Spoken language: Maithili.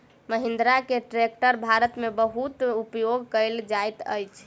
महिंद्रा के ट्रेक्टर भारत में बहुत उपयोग कयल जाइत अछि